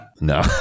No